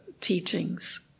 teachings